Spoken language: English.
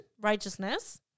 righteousness